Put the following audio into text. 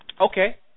Okay